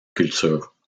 cultures